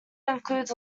includes